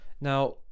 Now